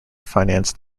financed